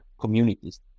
communities